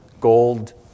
gold